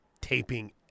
taping